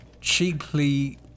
cheaply